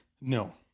No